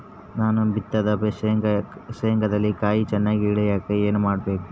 ನಾನು ಬಿತ್ತಿದ ಶೇಂಗಾದಲ್ಲಿ ಕಾಯಿ ಚನ್ನಾಗಿ ಇಳಿಯಕ ಏನು ಮಾಡಬೇಕು?